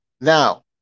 Now